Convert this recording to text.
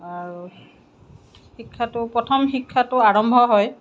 আৰু শিক্ষাটো প্ৰথম শিক্ষাটো আৰম্ভ হয়